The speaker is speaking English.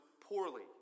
poorly